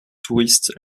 touristes